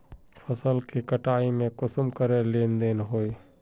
फसल के कटाई में कुंसम करे लेन देन होए?